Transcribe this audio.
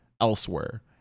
elsewhere